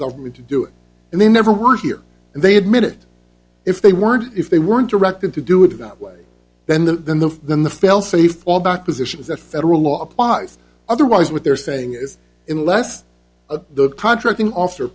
government to do it and they never were here and they admit it if they weren't if they weren't directed to do it that way then the then the failsafe fallback position is that federal law applies otherwise what they're saying is unless the contracting officer